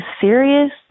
serious